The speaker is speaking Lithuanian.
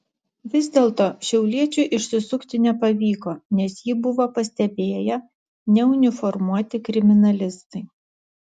vis dėlto šiauliečiui išsisukti nepavyko nes jį buvo pastebėję neuniformuoti kriminalistai